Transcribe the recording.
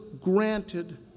granted